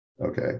Okay